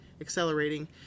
accelerating